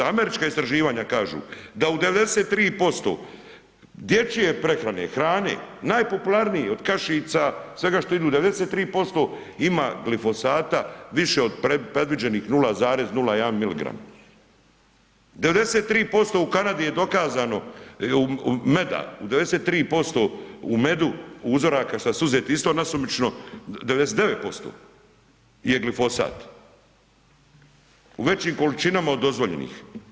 Američka istraživanja kažu da u 93% dječje prehrane, hrane najpopularnije od kašice, svega što idu 93% ima glifosata više od predviđenih 0,01 miligram, 93% u Kanadi je dokazano meda, u 93% u medu uzoraka što su uzeti isto nasumično 99% je glifosat u većim količinama od dozvoljenih.